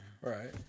Right